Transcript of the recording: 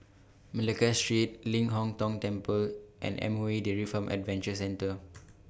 Malacca Street Ling Hong Tong Temple and MOE Dairy Farm Adventure Center